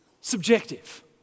Subjective